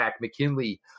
McKinley